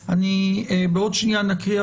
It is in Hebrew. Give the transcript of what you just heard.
בעוד שנייה נקריא,